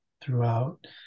throughout